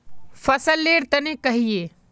फसल लेर तने कहिए?